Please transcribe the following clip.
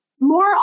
more